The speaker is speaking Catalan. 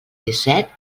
disset